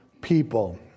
people